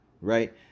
right